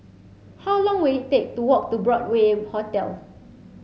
how long will it take to walk to Broadway Hotel